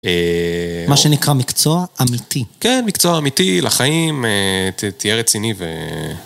אה... - מה שנקרא מקצוע אמיתי. - כן, מקצוע אמיתי לחיים, תהיה רציני ו...